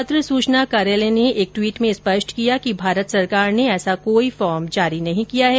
पत्र सूचना कार्यालय ने एक ट्वीट में स्पष्ट किया कि भारत सरकार ने ऐसा कोई फ्रहर्म जारी नही किया है